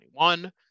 2021